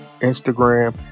Instagram